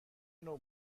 نوع